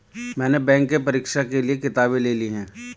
मैने बैंक के परीक्षा के लिऐ किताबें ले ली हैं